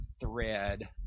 thread